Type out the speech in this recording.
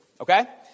Okay